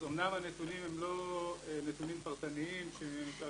אמנם הנתונים הם לא נתונים פרטניים שאפשר